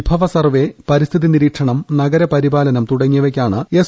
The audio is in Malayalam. വിഭവ സർവേ പരിസ്ഥിതി നിരീക്ഷണം നഗരപരിപാലനം തുടങ്ങിയവയ്ക്കാണ് എസ്